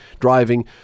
driving